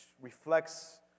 reflects